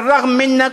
משפט אחרון.